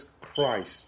Christ